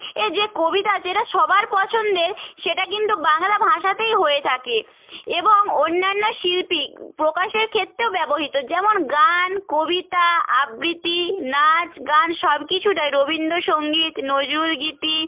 এ যে কবিতা যেটা সবার পছন্দের সেটা কিন্তু বাংলা ভাষাতেই হয়ে থাকে এবং অন্যান্য শিল্পী প্রকাশের ক্ষেত্রেও ব্যবহৃত যেমন গান কবিতা আবৃতি নাচ গান সব কিছুটা রবীন্দ্রসঙ্গীত নজরুল গীতি